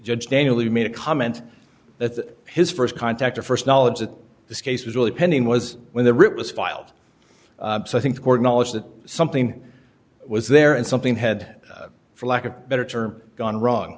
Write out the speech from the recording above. judge daniel who made a comment that his first contact or first knowledge of this case was really pending was when the rivers filed so i think the court knowledge that something was there and something had for lack of a better term gone wrong